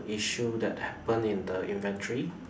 issue that happen in the inventory